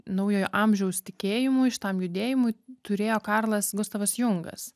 naujojo amžiaus tikėjimui šitam judėjimui turėjo karlas gustavas jungas